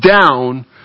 down